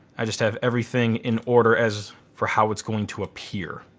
i just have everything in order as for how it's going to appear.